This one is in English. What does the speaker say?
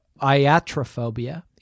iatrophobia